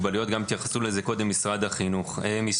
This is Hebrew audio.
איפה אתם ומשרד החינוך נפגשים?